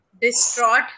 Distraught